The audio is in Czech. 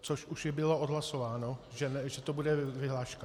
Což už bylo odhlasováno, že to bude vyhláška.